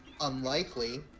unlikely